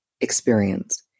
experience